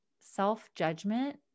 self-judgment